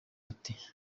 ati